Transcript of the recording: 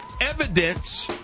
evidence